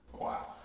wow